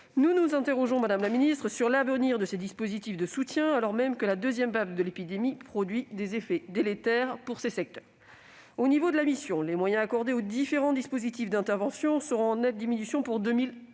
nous nous interrogeons, madame la ministre, sur l'avenir de ces dispositifs de soutien, alors même que la deuxième vague de l'épidémie produit des effets délétères pour ces secteurs. Au niveau de la mission, les moyens accordés aux différents dispositifs d'intervention seront en nette diminution pour 2021.